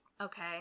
Okay